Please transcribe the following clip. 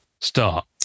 Start